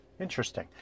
interesting